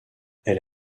elle